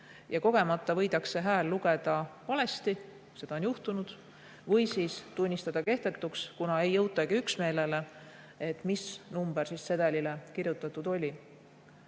kogemata võidakse hääl lugeda valesti, seda on juhtunud, või siis tunnistada kehtetuks, kuna ei jõutagi üksmeelele, et mis number sedelile kirjutatud on.